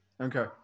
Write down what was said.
Okay